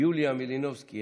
יוליה מלינובסקי,